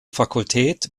fakultät